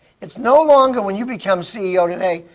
it's no longer, when you become ceo today,